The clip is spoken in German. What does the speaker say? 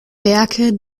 werke